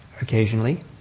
occasionally